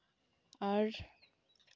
ᱟᱨ